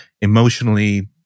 emotionally